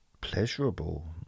pleasurable